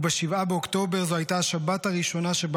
וב-7 באוקטובר זו הייתה השבת הראשונה שבה